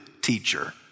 teacher